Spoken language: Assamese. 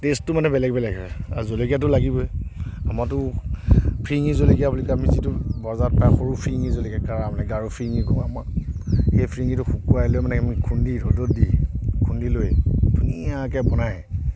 টেষ্টটো মানে বেলেগ বেলেগ হয় আৰু জলকীয়াটো লাগিবই আমাৰতো ফিৰিঙি জলকীয়া বুলি কয় আমি যিটো বজাৰত পাই সৰু ফিৰিঙি জলকীয়া গাৰো ফিৰিঙি আমাৰ সেই ফিৰিঙিটো শুকুৱাই লৈ মানে আমি খুন্দি ৰ'দত দি খুন্দি লৈ ধুনীয়াকৈ বনাই